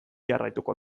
jarraituko